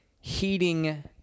heating